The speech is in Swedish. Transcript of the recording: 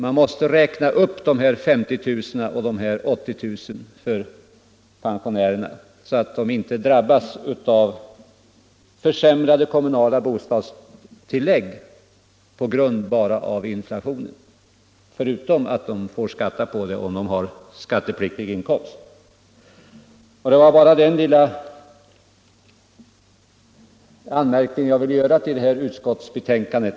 Man måste räkna upp beloppen 50 000 och 80 000 för pensionärerna, så att de inte drabbas av försämrade kommunala bostadstillägg bara på grund av inflationen — förutom att de får skatta för det, om de har skattepliktig inkomst. Det var bara denna lilla anmärkning jag ville göra till utskottets betänkande.